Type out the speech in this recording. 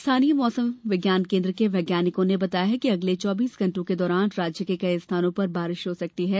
स्थानीय मौसम विज्ञान केन्द्र के वैज्ञानिकों ने बताया कि अगले चौबीस घंटों के दौरान राज्य के कई स्थानों पर बारिश हो सकती है